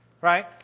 Right